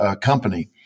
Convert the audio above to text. company